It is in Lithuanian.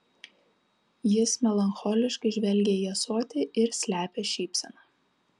jis melancholiškai žvelgia į ąsotį ir slepia šypseną